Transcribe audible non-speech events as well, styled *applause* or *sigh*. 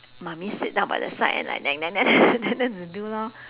mummy sit down by the side and like nag nag nag nag *laughs* then they do lor